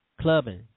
clubbing